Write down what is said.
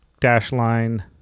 DashLine